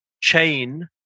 chain